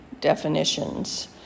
definitions